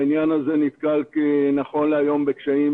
העניין הזה נתקל נכון להיום בקשיים